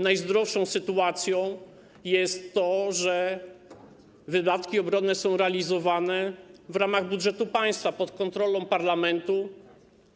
Najzdrowszą sytuacją jest to, że wydatki obronne są realizowane w ramach budżetu państwa, pod kontrolą parlamentu,